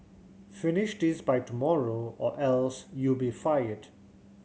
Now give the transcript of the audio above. finish this by tomorrow or else you'll be fired